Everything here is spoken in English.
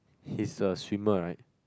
he's a swimmer right